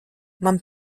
man